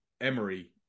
Emery